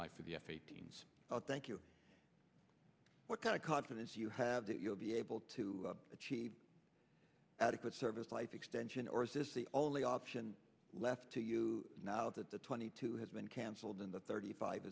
life for the f eighteen s thank you what kind of confidence you have that you'll be able to achieve adequate service life extension or is this the only option left to you now that the twenty two has been canceled in the thirty five